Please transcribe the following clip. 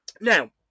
Now